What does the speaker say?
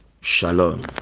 Shalom